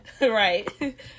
Right